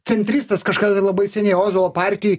centristas kažkada tai labai seniai ozolo partijoj